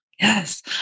Yes